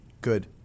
Good